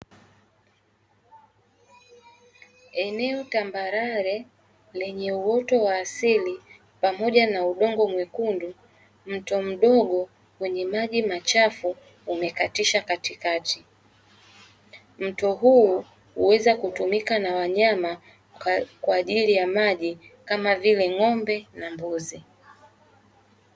Eneo tambarare lenye uoto wa asili pamoja na udongo mwekundu, mto mdogo wenye maji machafu umekatisha katikati. Mto huu huweza kutumika na wanyama kwa ajili ya maji, kama vile ng'ombe na mbuzi.